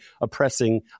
oppressing